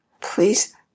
please